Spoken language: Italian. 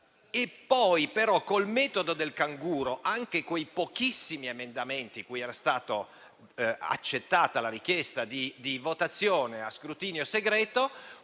Poi, però, col metodo del canguro anche quei pochissimi emendamenti su cui era stata accettata la richiesta di votazione a scrutinio segreto